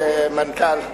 מנכ"ל,